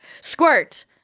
squirt